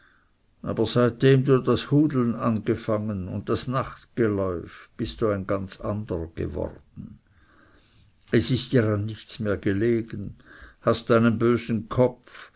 aber seitdem du das hudeln angefangen und das nachtgeläuf bist du ganz ein anderer geworden es ist dir an nichts mehr gelegen hast einen bösen kopf